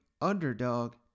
underdog